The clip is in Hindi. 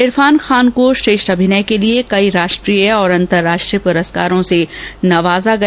इरफान खान को श्रेष्ठ अभिनय के लिए कई राष्ट्रीय अंतर्राष्ट्रीय पुरस्कारों से नवाजा गया